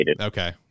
okay